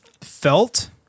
felt